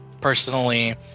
personally